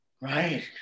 Right